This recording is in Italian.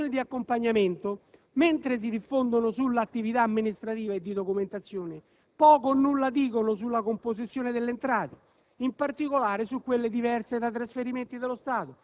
In merito ai rendiconti si osserva che le relazioni di accompagnamento, mentre si diffondono sull'attività amministrativa e di documentazione, poco o nulla dicono sulla composizione delle entrate,